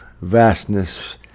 vastness